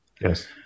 Yes